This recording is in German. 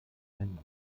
ein